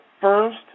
first